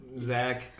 Zach